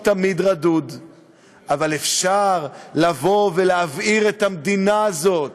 תמיד רדוד אבל אפשר לבוא ולהבעיר את המדינה הזאת,